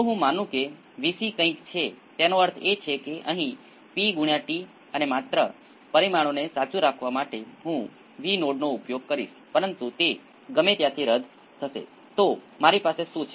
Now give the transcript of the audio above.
હવે તમને તે સર્કિટ 1 માટે ચાવીરૂપ સિક્વન્સ શું લાગે છે આ મેગ્નિટ્યુડ છે અને આ કોણ છે